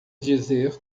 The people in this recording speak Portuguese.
dizer